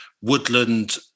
woodland